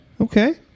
Okay